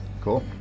Cool